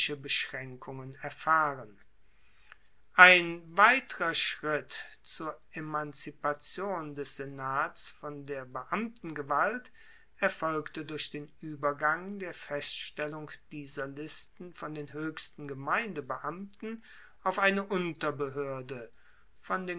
beschraenkungen erfahren ein weiterer schritt zur emanzipation des senats von der beamtengewalt erfolgte durch den uebergang der feststellung dieser listen von den hoechsten gemeindebeamten auf eine unterbehoerde von